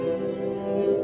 or